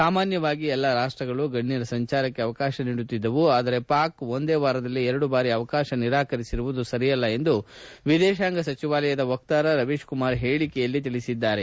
ಸಾಮಾನ್ಯವಾಗಿ ಎಲ್ಲ ರಾಷ್ಟ್ಗಳು ಗಣ್ಯರ ಸಂಚಾರಕ್ಕೆ ಅವಕಾಶ ನೀಡುತ್ತಿದ್ದವು ಆದರೆ ಪಾಕ್ ಒಂದೇ ವಾರದಲ್ಲಿ ಎರಡು ಬಾರಿ ಅವಕಾಶ ನಿರಾಕರಿಸಿರುವುದು ಸರಿಯಲ್ಲ ಎಂದು ವಿದೇಶಾಂಗ ವ್ಯವಹಾರಗಳ ಸಚಿವಾಲಯದ ವಕ್ಕಾರ ರವೀಶ್ ಕುಮಾರ್ ಹೇಳಿಕೆಯಲ್ಲಿ ತಿಳಿಸಿದ್ದಾರೆ